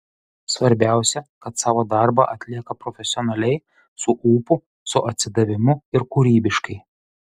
svarbiausia kad savo darbą atlieka profesionaliai su ūpu su atsidavimu ir kūrybiškai